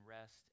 rest